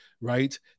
right